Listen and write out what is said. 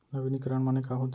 नवीनीकरण माने का होथे?